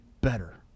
better